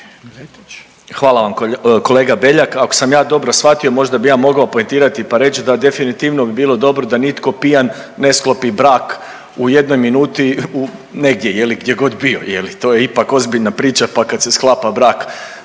Hvala vam kolega Beljak. Ako sam ja dobro shvatio možda bi ja mogao poentirati da definitivno bi bilo dobro da nitko pijan ne sklopi brak u jednoj minuti u negdje gdjegod bio, to je ipak ozbiljna priča pa kad se sklapa brak